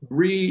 re